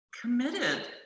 committed